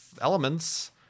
elements